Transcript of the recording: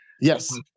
Yes